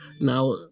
Now